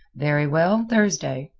very well thursday.